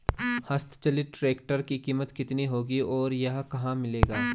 हस्त चलित ट्रैक्टर की कीमत कितनी होगी और यह कहाँ मिलेगा?